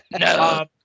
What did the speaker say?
No